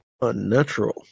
unnatural